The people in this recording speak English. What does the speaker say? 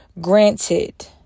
granted